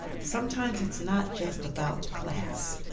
sometimes it's not just about class,